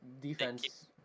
defense